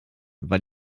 weil